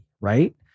right